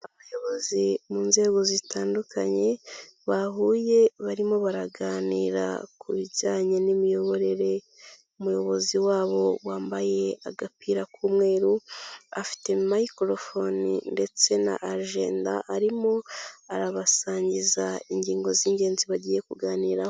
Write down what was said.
Abayobozi mu nzego zitandukanye, bahuye barimo baraganira ku bijyanye n'imiyoborere. Umuyobozi wabo wambaye agapira k'umweru, afite mayikorofoni ndetse na ajende, arimo arabasangiza ingingo z'ingenzi bagiye kuganiraho.